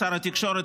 שר התקשורת,